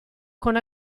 con